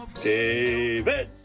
David